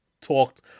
talked